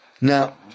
Now